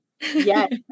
yes